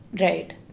Right